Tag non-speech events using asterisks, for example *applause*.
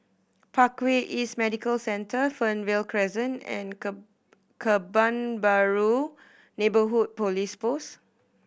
Parkway East Medical Centre Fernvale Crescent and *unintelligible* Kebun Baru Neighbourhood Police Post